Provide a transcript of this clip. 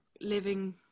living